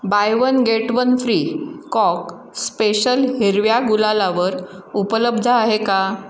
bye one get one free coke special हिरव्या गुलालावर उपलब्ध आहे का